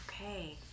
Okay